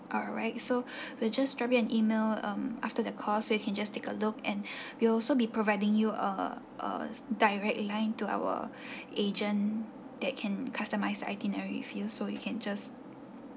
alright so we'll just drop you an email um after the calls you can just take a look and we'll also be providing you are a a direct line to our agent that can customize the itinerary for you so you can just